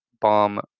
bomb